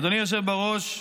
אדוני היושב בראש,